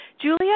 Julia